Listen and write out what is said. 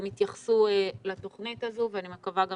הם יתייחסו לתוכנית הזו ואני מקווה גם